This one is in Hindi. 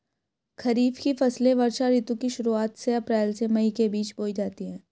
खरीफ की फसलें वर्षा ऋतु की शुरुआत में अप्रैल से मई के बीच बोई जाती हैं